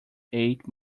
ate